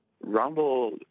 rumble